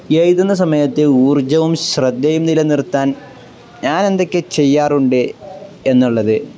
എഴുതുന്ന സമയത്ത് ഊർജ്ജവും ശ്രദ്ധയും നിലനിർത്താൻ ഞാൻ എന്തൊക്കെ ചെയ്യാറുണ്ട് എന്നുള്ളത്